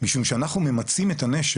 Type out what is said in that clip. משום שאנחנו ממצים את הנשר,